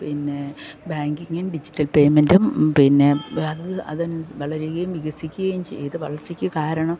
പിന്നെ ബാങ്കിംഗും ഡിജിറ്റൽ പേമെൻറ്റും പിന്നെ അത് അത് വളരുകയും വികസിക്കുകയും ചെയ്തു വളർച്ചയ്ക്ക് കാരണം